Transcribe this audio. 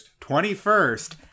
21st